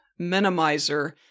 minimizer